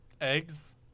Eggs